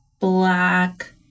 black